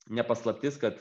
ne paslaptis kad